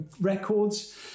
records